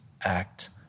act